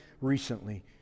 recently